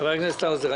חבר הכנסת האוזר,